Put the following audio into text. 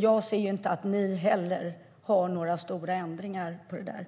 Jag ser inte att ni har några stora ändringar på det